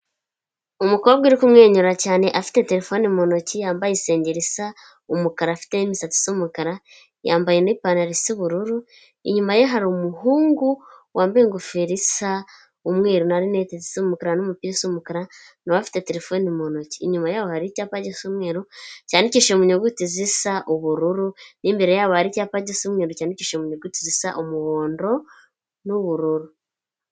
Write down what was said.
Umukobwa uri kumwenyura cyane afite terefone mu ntoki, yambaye isenge isa umukara afite n'imisatsi y'umukara, yambaye n'ipantaro isa ubururu, inyuma ye hari umuhungu wambaye ingofero isa umweru na rinete zisa umukara n'umupizi usa umukara, na we afite terefone mu ntoki. Inyuma yaho hari icyapa gisa umweru cyandikishije mu nyuguti zisa ubururu n'imbere yabo hari icyapa gisa umweru cyanyandikishije mu nyuguti zisa umuhondo n'ubururu.